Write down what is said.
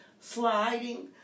sliding